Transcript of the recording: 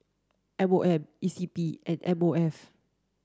M O M E C P and M O F